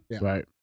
Right